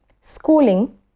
schooling